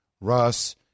Russ